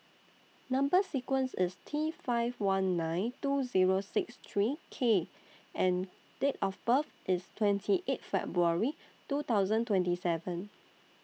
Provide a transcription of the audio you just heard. Number sequence IS T five one nine two Zero six three K and Date of birth IS twenty eight February two thousand twenty seven